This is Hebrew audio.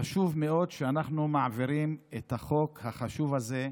חשוב מאוד שאנחנו מעבירים את החוק החשוב הזה,